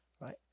Right